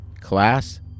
Class